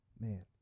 Man